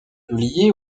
publiée